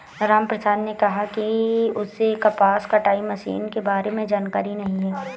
रामप्रसाद ने कहा कि उसे कपास कटाई मशीन के बारे में जानकारी नहीं है